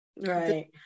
right